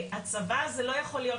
הצבא זה לא יכול להיות,